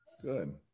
good